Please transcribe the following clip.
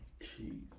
Jeez